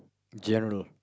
general